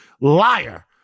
liar